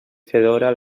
fedora